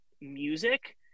music